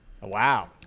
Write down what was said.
Wow